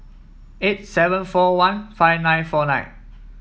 eight seven four one five nine four nine